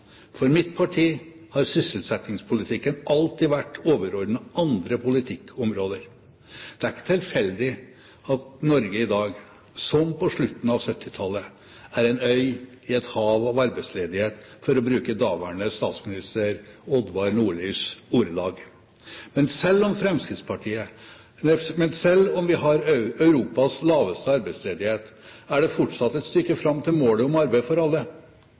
For mitt parti har sysselsettingspolitikken alltid vært overordnet andre politikkområder. Det er ikke tilfeldig at Norge i dag, som på slutten av 1970-tallet, er «en øy av full sysselsetting i et hav av arbeidsledighet», for å bruke daværende statsminister Odvar Nordlis ordelag. Men selv om vi har Europas laveste arbeidsledighet, er det fortsatt et stykke fram til målet om arbeid for alle.